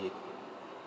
it